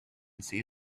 see